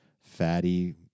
fatty